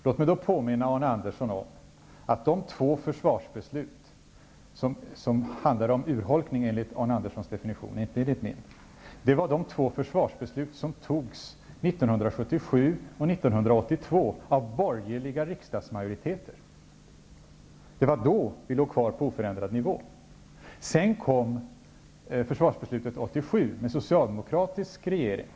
Låt mig då påminna Arne Andersson om att de två försvarsbeslut som enligt Arne Anderssons definition, men inte enligt min, handlar om urholkning, är de två försvarsbeslut som fattades 1977 och 1982 av borgerliga riksdagsmajoriteter. Det var då man låg kvar på oförändrad nivå. Sedan kom försvarsbeslutet 1987, då det var socialdemokratisk regering.